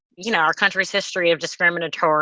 you know, our country's history of discriminatory